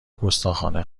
گستاخانه